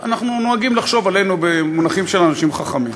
אנחנו נוהגים לחשוב עלינו במונחים של אנשים חכמים.